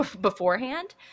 beforehand